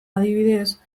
adibidez